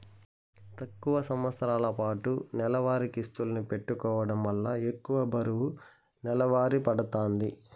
తక్కువ సంవస్తరాలపాటు నెలవారీ కిస్తుల్ని పెట్టుకోవడం వల్ల ఎక్కువ బరువు నెలవారీ పడతాంది